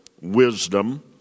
wisdom